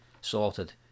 Sorted